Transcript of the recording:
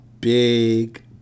big